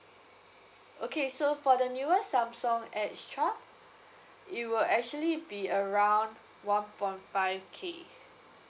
okay so for the newest samsung S twelve it will actually be around one point five K